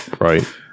Right